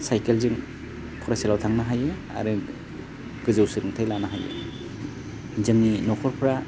साइखेलजों फरायसालियाव थांनो हायो आरो गोजौ सोलोंथाइ लानो हायो जोंनि न'खरफ्रा